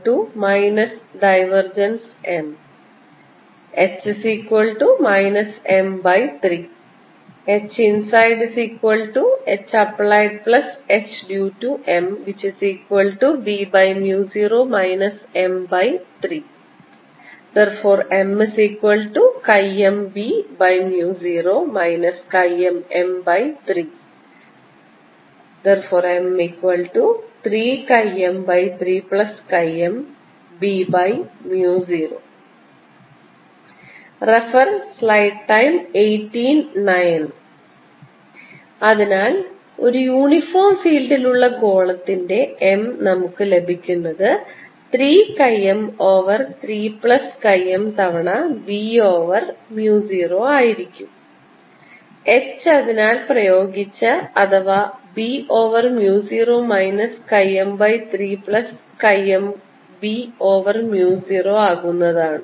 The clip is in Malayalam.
MH M3 HinsideHappliedHdue to MB0 M3 MMB0 MM3 M3M3MB0 അതിനാൽ ഒരു യൂണിഫോം ഫീൽഡിൽ ഉള്ള ഗോളത്തിന്ൻറെ m നമുക്ക് ലഭിക്കുന്നത് 3 chi m over 3 plus chi m തവണ b ഓവർ mu 0 ആയിരിക്കും h അതിനാൽ പ്രയോഗിച്ച h അഥവാ b over mu 0 minus chi m by 3 plus chi m b over mu 0 ആകുന്നതാണ്